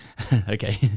Okay